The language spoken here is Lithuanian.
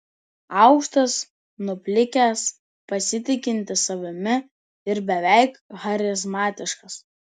aukštas nuplikęs pasitikintis savimi ir beveik charizmatiškas